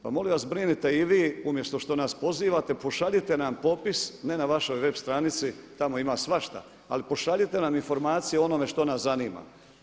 Pa molim vas brinite i vi umjesto što nas pozivate pošaljite nam popis, ne na vašoj web stranici, tamo ima svašta, ali pošaljite nam informacije o onome što nas zanima.